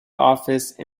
office